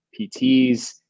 PTs